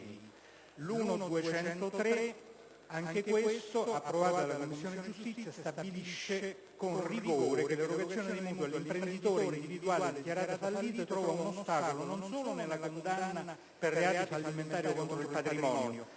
1.203, anch'esso approvato dalla Commissione giustizia, stabilisce con rigore che l'erogazione dei mutui all'imprenditore individuale dichiarato fallito trova un ostacolo non solo nella condanna per reati fallimentari o contro il patrimonio,